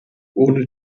ohne